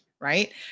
right